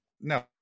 No